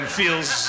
feels